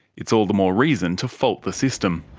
it's all the more reason to fault the system.